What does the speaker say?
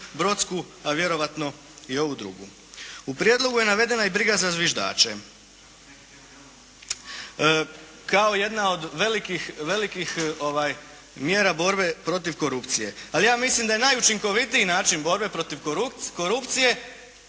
brodsku a vjerojatno i ovu drugu. U prijedlogu je navedena i briga za zviždaće. Kao jedna od velikih, velikih mjera borbe protiv korupcije. Ali ja mislim da je najučinkovitiji način borbe protiv korupcije